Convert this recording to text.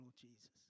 Jesus